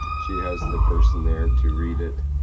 she has the person there to read it.